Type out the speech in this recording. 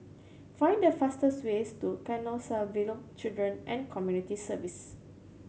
find the fastest ways to Canossaville Children and Community Services